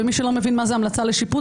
ומי שלא מבין מה זה המלצה לשיפוט,